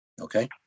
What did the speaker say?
Okay